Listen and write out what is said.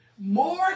More